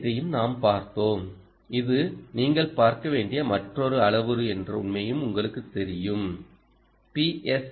துல்லியத்தையும் நாம் பார்த்தோம் இது நீங்கள் பார்க்க வேண்டிய மற்றொரு அளவுரு என்ற உண்மையும் உங்களுக்குத் தெரியும் பி